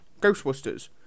Ghostbusters